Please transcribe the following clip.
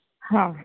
હા